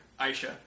Aisha